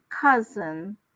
cousin